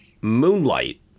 Moonlight